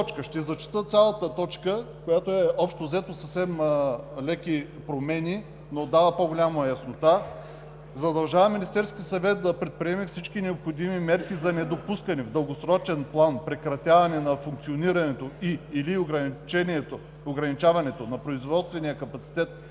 ще зачета цялата точка, която общо взето е със съвсем леки промени, но дава по-голяма яснота: „2. Задължава Министерския съвет да предприеме всички необходими мерки за недопускане в дългосрочен план прекратяване на функционирането и/или ограничаването на производствения капацитет